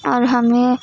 ہمیں